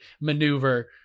maneuver